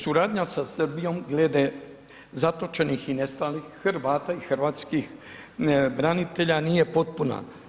Suradnja sa Srbijom glede zatočenih i nestalih Hrvata i hrvatskih branitelja nije potpuna.